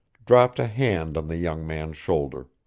dropped a hand on the young man's shoulder.